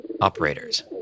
Operators